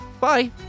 Bye